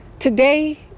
Today